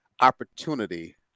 opportunity